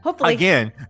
Again